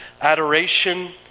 adoration